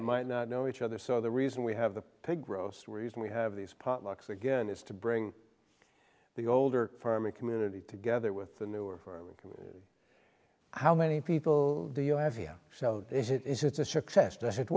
might not know each other so the reason we have the pig groceries and we have these potlucks again is to bring the older farming community together with the new or how many people do you have here it is it's a